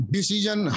Decision